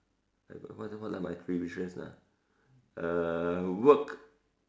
I will what are what are my three wishes ah work